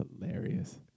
hilarious